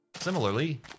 similarly